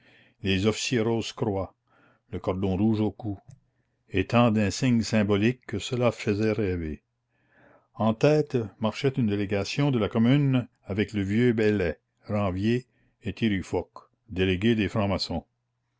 les officiers rose-croix le cordon rouge au cou et tant d'insignes symboliques que cela faisait rêver en tête marchait une délégation de la commune avec le vieux beslay ranvier et thirifocq délégué des francs-maçons